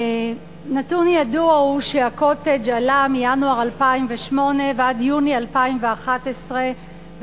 נתון ידוע הוא שמחיר ה"קוטג'" עלה מינואר 2008 ועד יוני 2011 ב-38%.